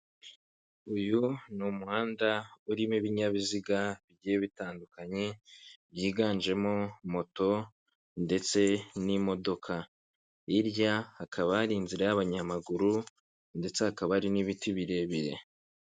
Uyu ni umuhanda urimo ibinyabiziga bigiye bitandukanye byiganjemo moto ndetse n'imodoka, hirya hakaba hari inzira y'abanyamaguru ndetse hakaba hari n'ibiti birebire.